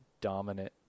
dominant